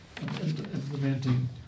implementing